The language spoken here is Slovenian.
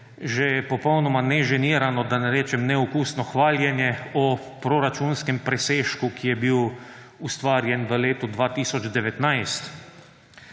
že popolnoma neženirano, da ne rečem neokusno, hvaljenje o proračunskem presežku, ki je bil ustvarjen v letu 2019.